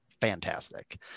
fantastic